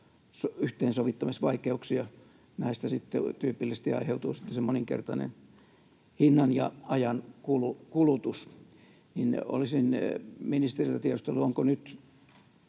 yhteensovittamisvaikeuksia. Näistä tyypillisesti aiheutuu se moninkertainen hinta ja ajan kulutus. Olisin ministeriltä tiedustellut, onko nyt